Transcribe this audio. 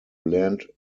land